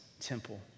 temple